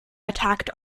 attacked